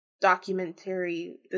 documentary